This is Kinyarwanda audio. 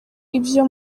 ibyo